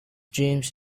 dreams